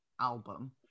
album